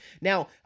Now